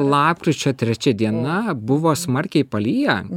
lapkričio trečia diena buvo smarkiai paliję